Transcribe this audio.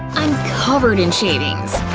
i'm covered in shavings!